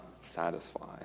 satisfy